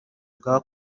bwa